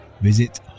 Visit